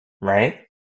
Right